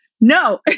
no